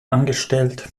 angestellt